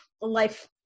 life